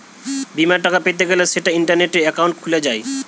বিমার টাকা পেতে গ্যলে সেটা ইন্টারনেটে একাউন্ট খুলে যায়